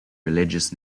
religious